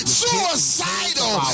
suicidal